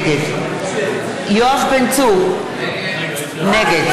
נגד יואב בן צור, נגד